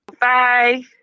bye